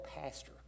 pastor